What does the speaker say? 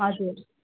हजुर